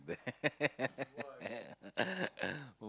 that